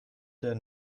der